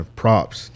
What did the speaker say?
props